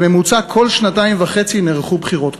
בממוצע כל שנתיים וחצי נערכו בחירות.